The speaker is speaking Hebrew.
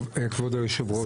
טוב, כבוד יושב הראש.